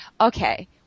Okay